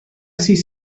sis